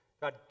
God